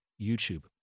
YouTube